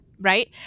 right